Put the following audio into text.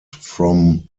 from